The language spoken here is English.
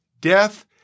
death